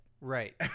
Right